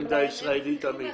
תשני קצת את העמדה הישראלית הרגילה.